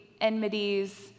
enmities